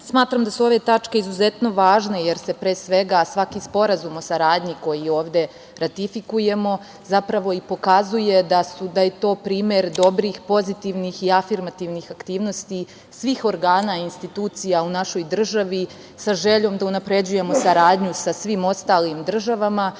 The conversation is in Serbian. država. Smatram da su ove tačke izuzetno važne, jer se pre svega svaki sporazum o saradnji koji ovde ratifikujemo zapravo pokazuje da je to primer dobrih, pozitivnih i afirmativnih aktivnosti svih organa institucija u našoj državi, sa željom da unapređujemo saradnju sa svim ostalim državama